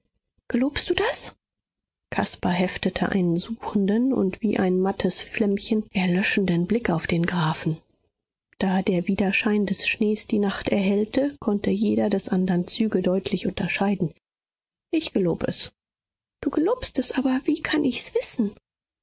gelobst du das caspar heftete einen suchenden und wie ein mattes flämmchen erlöschenden blick auf den grafen da der widerschein des schnees die nacht erhellte konnte jeder des andern züge deutlich unterscheiden ich gelob es du gelobst es aber wie kann ich's wissen